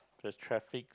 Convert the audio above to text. the traffic